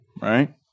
right